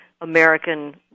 American